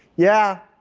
yeah,